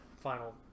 final